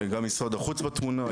גם משרד החוץ בתמונה.